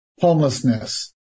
homelessness